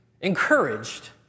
encouraged